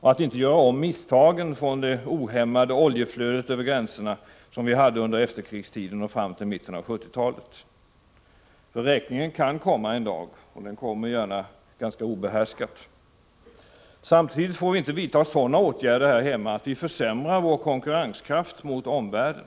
och att vi inte gör om misstagen från det ohämmade oljeflödet över gränserna under efterkrigstiden och fram till mitten av 1970-talet. Räkningen kan nämligen komma en dag, och den kan då komma ganska oväntat. Samtidigt får vi inte vidta sådana åtgärder här hemma att vi försämrar vår konkurrenskraft i förhållande till omvärlden.